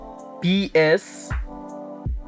bs